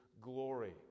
glory